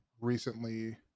recently